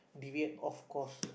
deviate off course